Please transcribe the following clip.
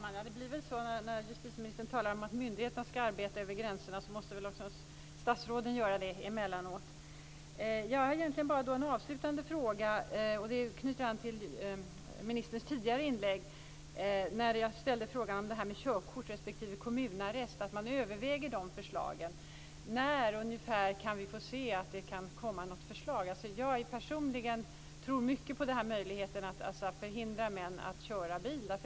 Fru talman! Justitieministern talar om att myndigheterna ska arbeta över gränserna. Då måste väl också statsråden göra det emellanåt. Jag har en avslutande fråga som knyter an till ministerns tidigare inlägg. Jag ställde frågan om man överväger förslagen om körkortsindragning respektive kommunarrest. När ungefär kan det komma något förslag? Jag tror personligen mycket på att förhindra män att köra bil.